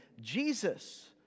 Jesus